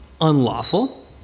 unlawful